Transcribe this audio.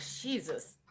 Jesus